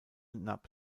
nad